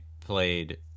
played